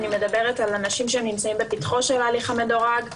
אני מדברת על אנשים שנמצאים בפתח ההליך המדורג.